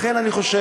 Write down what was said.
לכן אני חושב,